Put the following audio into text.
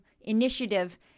initiative